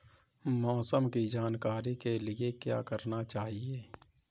मौसम की जानकारी के लिए क्या करना चाहिए?